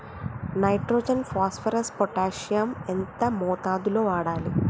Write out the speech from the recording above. Nitrogen phosphorus potassium ఎంత మోతాదు లో వాడాలి?